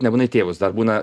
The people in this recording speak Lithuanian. nebūtinai tėvus dar būna